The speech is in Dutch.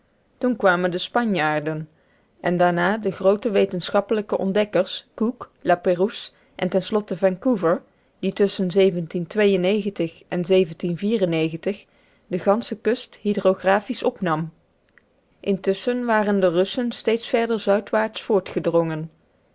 toen kwamen de spanjaarden en daarna de groote wetenschappelijke ontdekkers cook lapérouse en eindelijk vancouver die en de gansche kust hydrographisch opnam intusschen waren de russen steeds verder zuidwaarts voortgedrongen